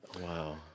Wow